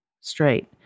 straight